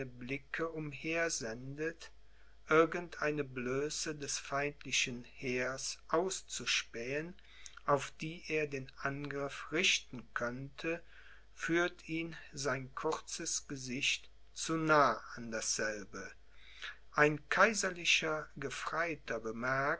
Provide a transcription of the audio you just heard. blicke umhersendet irgend eine blöße des feindlichen heeres auszuspähen auf die er den angriff richten könnte führt ihn sein kurzes gesicht zu nah an dasselbe ein kaiserlicher gefreiter